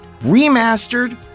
remastered